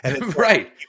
Right